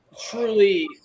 truly